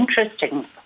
interesting